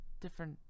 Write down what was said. different